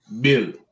Bill